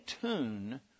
tune